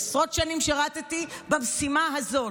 עשרות שנים שירתִּי במשימה הזאת,